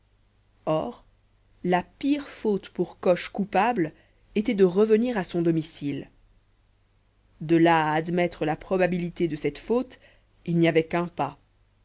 la pire faute pour coche coupable était de revenir à son domicile de là à admettre la probabilité de cette faute il n'y avait qu'un pas